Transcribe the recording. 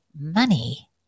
money